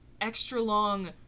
extra-long